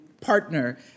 partner